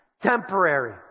temporary